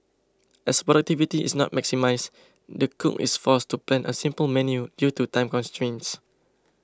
as productivity is not maximised the cook is forced to plan a simple menu due to time constraints